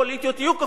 יהיו ככל שיהיו,